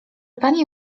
pani